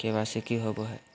KYC की होबो है?